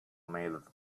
made